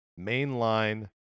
mainline